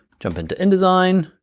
jump into indesign.